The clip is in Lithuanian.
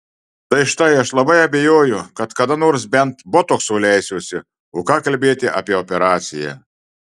tai štai aš labai abejoju kad kada nors bent botokso leisiuosi o ką kalbėti apie operaciją